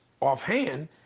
offhand